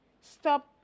Stop